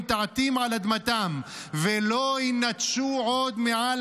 ונטעתים על אדמתם ולא יִנתשו עוד מעל